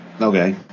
Okay